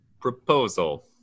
Proposal